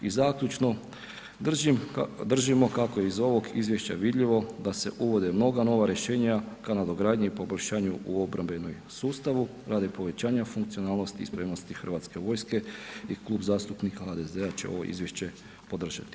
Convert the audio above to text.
I zaključno, držimo kako je iz ovog izvješća vidljivo da se uvode mnoga nova rješenja ka nadogradnji i poboljšanju u obrambenom sustavu radi povećanja funkcionalnosti i spremnosti Hrvatske vojske i Klub zastupnika HDZ-a će ovo izvješće podržati.